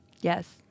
Yes